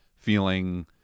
feeling